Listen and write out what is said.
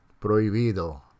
Prohibido